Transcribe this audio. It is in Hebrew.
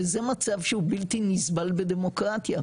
וזה מצב שהוא בלתי נסבל בדמוקרטיה,